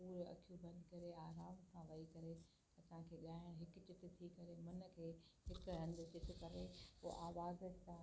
पूर अखियूं बंदि करे आराम सां वही करे असांखे ॻाइणु हिकु चितु थी करे मन खे हिकु हंधु चितु करे पोइ आवाज़ सां